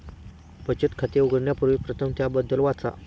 बचत खाते उघडण्यापूर्वी प्रथम त्याबद्दल वाचा